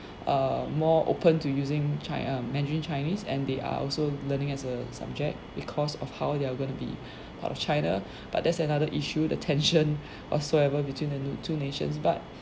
err more open to using china mandarin chinese and they are also learning as a subject because of how they're gonna be part of china but that's another issue the tension whatsoever between the two nations but